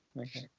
okay